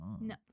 No